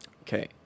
Okay